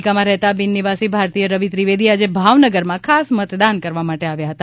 અમેરિકામાં રહેતા બિનનિવાસી ભારતીય રવિ ત્રિવેદી આજે ભાવનગરમાં ખાસ મતદાન કરવા માટે આવ્યા હતા